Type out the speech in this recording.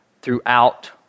throughout